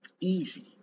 Easy